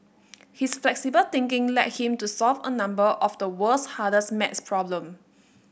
his flexible thinking led him to solve a number of the world's hardest maths problem